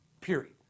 period